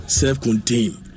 self-contained